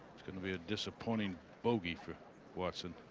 it's going to be a disappointing bogey for watson